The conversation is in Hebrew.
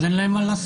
אז אין להם מה לעשות.